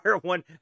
one